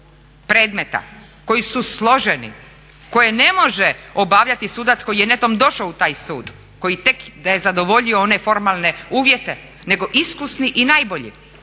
predmeta koji su složeni, koje ne može obavljati sudac koji je netom došao u taj sud, koji tek da je zadovoljio one formalne uvjete nego iskusni i najbolji,